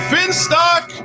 Finstock